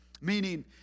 meaning